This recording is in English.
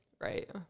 Right